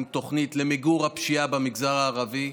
יש תוכנית למיגור הפשיעה במגזר הערבי,